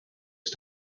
het